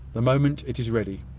the moment it is ready.